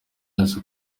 rwose